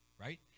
right